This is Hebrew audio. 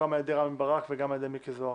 גם על ידי רם בן ברק וגם על ידי מיקי זוהר,